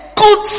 good